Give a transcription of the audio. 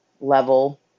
level